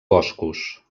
boscos